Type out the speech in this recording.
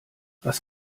was